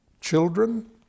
Children